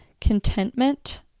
contentment